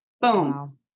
Boom